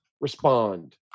respond